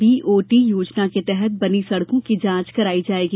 BOT योजना के तहत बनी सड़कों की जांच कराई जायेगी